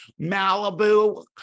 Malibu